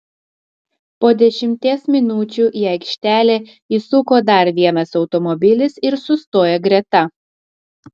po dešimties minučių į aikštelę įsuko dar vienas automobilis ir sustojo greta